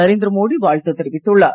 நரேந்திர மோடி வாழ்த்து தெரிவித்துள்ளார்